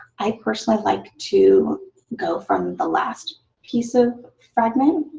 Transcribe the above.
i personally like to go from the last piece of fragment.